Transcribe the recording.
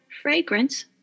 fragrance